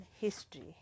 history